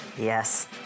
Yes